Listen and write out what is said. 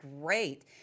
great